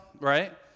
right